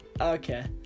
okay